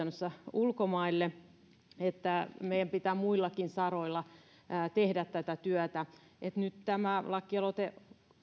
ulkomaille eli meidän pitää muillakin saroilla tehdä tätä työtä nyt tämä lakialoite